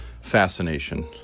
fascination